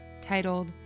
titled